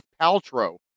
Paltrow